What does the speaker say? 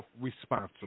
responsible